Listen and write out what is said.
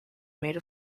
made